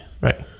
Right